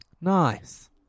Nice